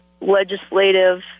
legislative